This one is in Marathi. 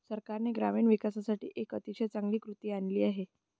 सरकारने ग्रामीण विकासासाठी एक अतिशय चांगली कृती आणली आहे